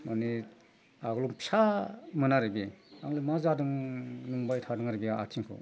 माने आगोलाव फिसामोन आरो बे आंलाय मा जादों नंबाय थादों आरो बे आथिंखौ